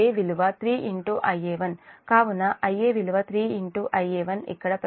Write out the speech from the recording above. కావున Ia విలువ 3Ia1 ఇక్కడ ప్రతిక్షేపించండి